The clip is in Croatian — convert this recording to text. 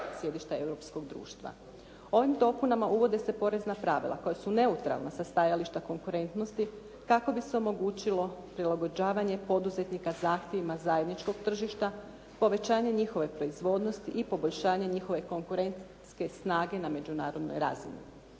sjedišta europskog društva. Ovim dopunama uvode se porezna pravila koja su neutralna sa stajališta konkurentnosti, tako bi se omogućilo prilagođavanje poduzetnika zahtjevima zajedničkog tržišta, povećanje njihove proizvodnosti i poboljšanje njihove konkurentske snage na međunarodnoj razini.